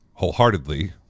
wholeheartedly